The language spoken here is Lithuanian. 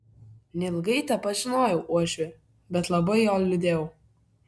neilgai tepažinojau uošvį bet labai jo liūdėjau